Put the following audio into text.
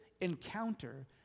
encounter